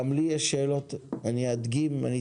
גם לי יש שאלות ואני אשאל אותן